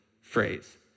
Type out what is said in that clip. phrase